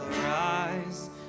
rise